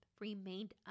remained